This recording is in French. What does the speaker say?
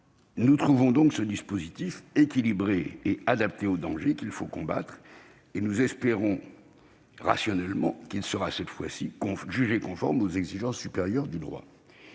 Nous trouvons ce dispositif équilibré et adapté au danger qu'il faut combattre et nous espérons, rationnellement, qu'il sera cette fois jugé conforme aux exigences supérieures du droit.